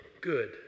good